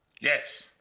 Yes